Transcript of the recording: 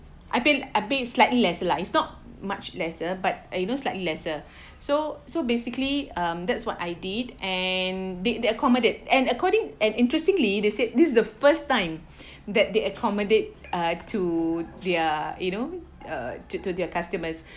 I paid I paid slightly lesser lah it's not much lesser but you know slightly lesser so so basically mm that's what I did and did they're accommodate and according an interestingly they said this is the first time that they accommodate uh to their you know uh to to their customers